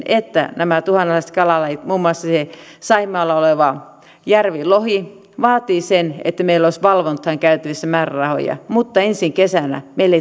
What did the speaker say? että meillä olisi näiden uhanalaisten kalalajien muun muassa saimaalla oleva järvilohi vaatii sen valvontaan käytettävissä määrärahoja mutta ensi kesänä meillä